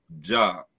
job